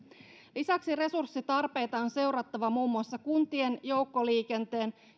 lisäksi resurssitarpeita on seurattava muun muassa kuntien joukkoliikenteen